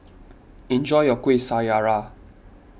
enjoy your Kuih Syara